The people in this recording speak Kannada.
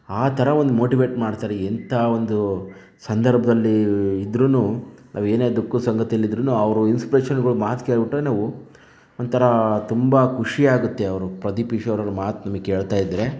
ಆ ಥರ ಒಂದು ಮೋಟಿವೇಟ್ ಮಾಡ್ತಾರೆ ಎಂಥ ಒಂದು ಸಂದರ್ಭದಲ್ಲಿ ಇದ್ರೂನು ನಾವು ಏನೇ ದುಃಖದ ಸಂಗತಿಯಲ್ಲಿ ಇದ್ರೂ ಅವರ ಇನ್ಸ್ಪಿರೇಷನ್ಗಳು ಮಾತು ಕೇಳ್ಬಿಟ್ರೆ ನಾವು ಒಂಥರ ತುಂಬ ಖುಷಿಯಾಗತ್ತೆ ಅವರ ಪ್ರದೀಪ್ ಈಶ್ವರ್ ಅವರ ಮಾತು ನಮಗೆ ಕೇಳ್ತಾ ಇದ್ರೆ